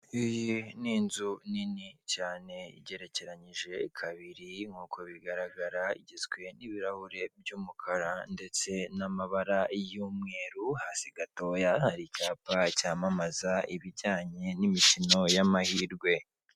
Iyi ni inzu nini cyane igerekeranyije kabiri nk'uko bigaragara igizwe n'ibirahuri by'umukara ndetse n'amabara y'umweru hasi gatoya hari icyapa cyamamaza ibijyanye n'imikino y'amahirwe.